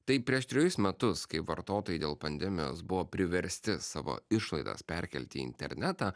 tai prieš trejus metus kai vartotojai dėl pandemijos buvo priversti savo išlaidas perkelti į internetą